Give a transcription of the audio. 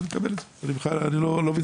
אני מקבל את זה, אני לא מתווכח.